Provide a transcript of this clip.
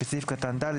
בסעיף קטן (ד),